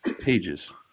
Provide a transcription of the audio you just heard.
pages